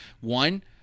One